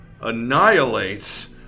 annihilates